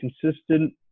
consistent